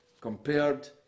compared